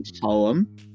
poem